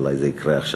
אולי זה יקרה עכשיו,